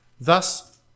thus